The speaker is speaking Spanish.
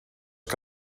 los